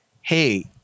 hey